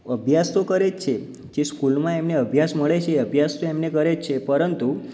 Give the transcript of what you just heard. અભ્યાસ તો કરે જ છે જે સ્કૂલમાં એમને અભ્યાસ મળે છે એ અભ્યાસ તો એમને કરે જ છે પરંતુ